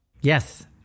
Yes